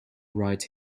write